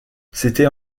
c’était